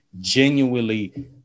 genuinely